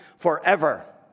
forever